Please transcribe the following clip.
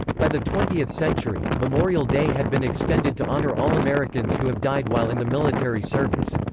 by the twentieth century, memorial day had been extended to honor all americans who have died while in the military service.